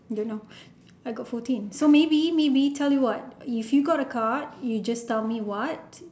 don't know I got fourteen so maybe maybe tell you what if you got a card you just tell me what